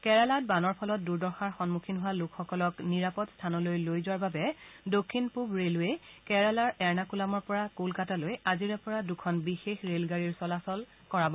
কেৰালাত বানৰ ফলত দূৰ্দশাৰ সন্মুখীন হোৱা লোকসকলক নিৰাপদ স্থানলৈ লৈ যোৱাৰ বাবে দক্ষিণ পূব ৰেলৱে কেৰালাৰ আৰ্ণকুলামৰ পৰা কলকাতালৈ আজিৰে পৰা দুখন বিশেষ ৰেলগাড়ীৰ চলাচল কৰাব